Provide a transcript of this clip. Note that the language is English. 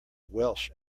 welsh